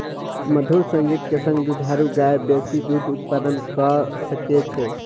मधुर संगीत के संग दुधारू गाय बेसी दूध उत्पादन कअ सकै छै